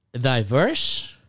diverse